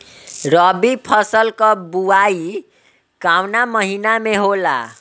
रबी फसल क बुवाई कवना महीना में होला?